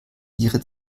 ihre